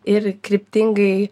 ir kryptingai